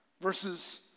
versus